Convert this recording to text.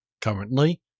Currently